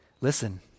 Listen